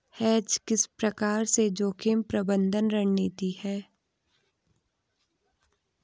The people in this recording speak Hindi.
हेज किस प्रकार से जोखिम प्रबंधन रणनीति है?